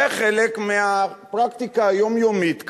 זה חלק מהפרקטיקה היומיומית כאן: